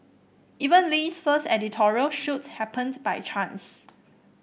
even Lee's first editorial shoot happened by chance